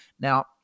Now